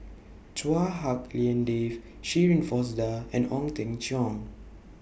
Chua Hak Lien Dave Shirin Fozdar and Ong Teng Cheong